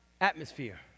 atmosphere